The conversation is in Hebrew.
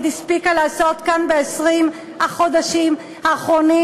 הספיקה לעשות כאן ב-20 החודשים האחרונים,